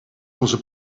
onze